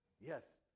yes